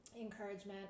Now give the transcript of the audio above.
Encouragement